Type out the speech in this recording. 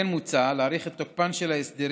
כמו כן מוצע להאריך את תוקפם של ההסדרים